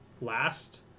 last